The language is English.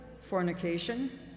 Fornication